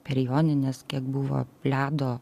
per jonines kiek buvo ledo